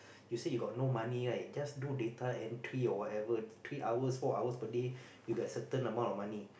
you see you got no money right just do data entry or whatever three hours four hours per day you get certain amount of money